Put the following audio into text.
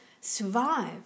survive